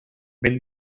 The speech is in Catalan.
ben